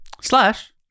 Slash